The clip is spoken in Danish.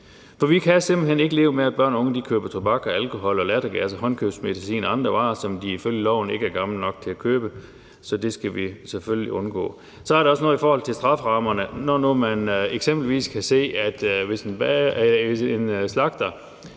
For vi kan simpelt hen ikke leve med, at børn og unge køber tobak og alkohol og lattergas og håndkøbsmedicin og andre varer, som de ifølge loven ikke er gamle nok til at købe. Så det skal vi selvfølgelig undgå. Så er der også noget i forhold til strafferammerne. Man kan eksempelvis se, at hvis en slagter